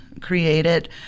created